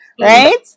Right